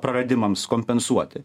praradimams kompensuoti